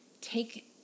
take